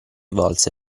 volse